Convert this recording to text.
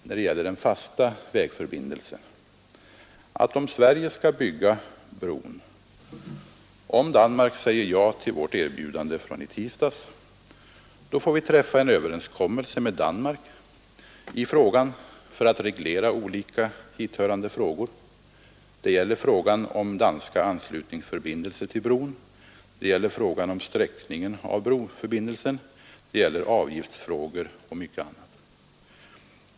När det gäller den fasta vägförbindelsen får vi, om Sverige skall bygga bron — om Danmark säger ja till vårt erbjudande från i tisdags —, träffa en överenskommelse med Danmark för att reglera olika hithörande frågor. Det gäller frågan om danska anslutningsförbindelser till bron, frågan om sträckningen av broförbindelsen, avgiftsfrågan och mycket annat.